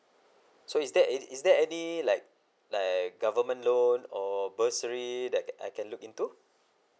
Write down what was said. so is that is is there any like like government loan or bursary that I can look into